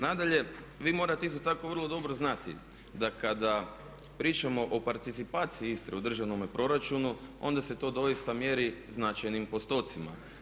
Nadalje, vi morate isto tako vrlo dobro znati da kada pričamo o participaciji Istre u državnome proračunu onda se to doista mjeri značajnim postocima.